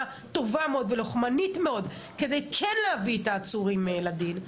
טובה ולוחמנית כדי להביא את העצורים לדין.